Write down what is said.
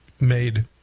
made